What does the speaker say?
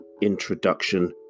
introduction